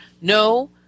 No